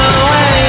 away